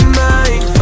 mind